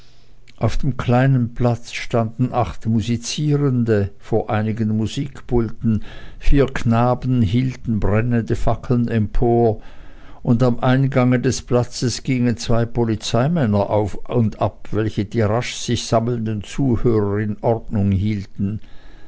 auf dem kleinen platze standen acht musizierende vor einigen musikpulten vier knaben hielten brennende fackeln empor und am eingange des platzes gingen zwei polizeimänner auf und ab welche die rasch sich sammelnden zuhörer in ordnung hielten